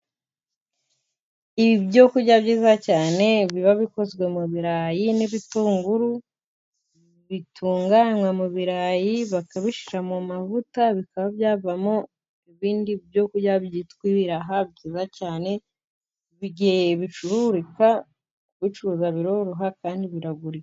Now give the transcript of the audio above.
Ibyokurya byiza cyane biba bikozwe mu birarayi n'ibitunguru. Bitunganywa mu birarayi bakabishyira mu mavuta, bikaba byavamo ibindi byo kurya byitwa ibiraha byiza cyane. Bicururika, kubicuruza biroroha kandi biragurika.